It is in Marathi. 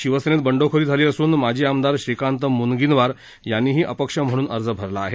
शिवसेनेत बंडखोरी झाली असून माजी आमदार श्रीकांत मुनगीनवार यांनीही अपक्ष म्हणून अर्ज भरला आहे